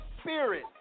spirit